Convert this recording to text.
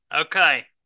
Okay